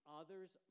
others